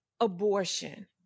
abortion